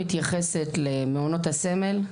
מתייחסת למעונות הסמל,